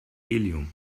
helium